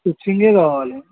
స్ట్రిచింగే కావాలి